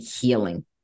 healing